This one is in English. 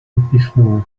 before